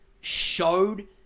showed